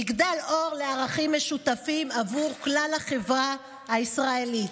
מגדלור לערכים משותפים עבור כלל החברה הישראלית.